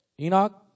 Enoch